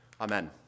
Amen